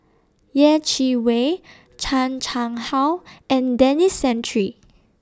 Yeh Chi Wei Chan Chang How and Denis Santry